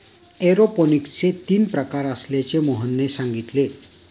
एरोपोनिक्सचे तीन प्रकार असल्याचे मोहनने सांगितले